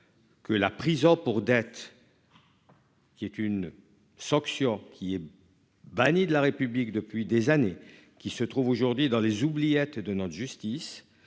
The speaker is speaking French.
Que la prison pour dettes. Qui est une sanction qui est banni de la République depuis des années, qui se trouve aujourd'hui dans les oubliettes de notre justice